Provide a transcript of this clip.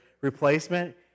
replacement